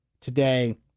today